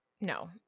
no